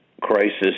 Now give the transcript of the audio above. crisis